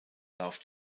love